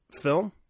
film